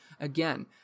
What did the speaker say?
again